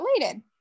related